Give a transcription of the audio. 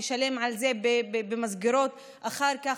נשלם על זה במסגרות אחר כך,